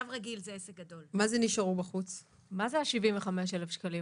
מה זה ה-75,000 שקלים?